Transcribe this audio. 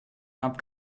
gab